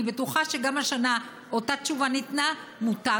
אני בטוחה שגם השנה אותה תשובה ניתנה: מותר